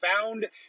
found